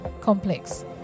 complex